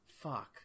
Fuck